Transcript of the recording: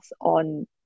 on